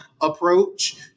approach